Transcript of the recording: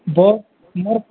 bus ମୋର୍